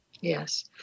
Yes